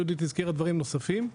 יהודית הזכירה דברים נוספים.